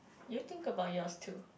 you think about yours too